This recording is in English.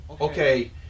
okay